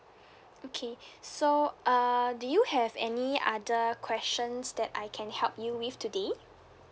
okay so uh do you have any other questions that I can help you with today